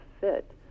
fit